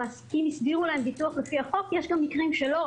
המעסיקים הסדירו להם ביטוח לפי החוק יש גם מקרים שלא,